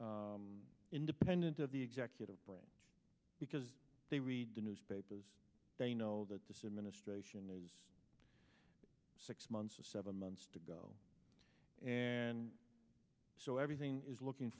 independent of the executive branch because they read the newspapers they know that the said ministration is six months or seven months to go and so everything is looking